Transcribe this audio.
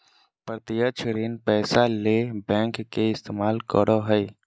प्रत्यक्ष ऋण पैसा ले बैंक के इस्तमाल करो हइ